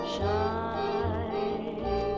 shine